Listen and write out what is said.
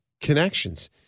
connections